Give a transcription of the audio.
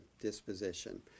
disposition